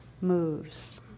moves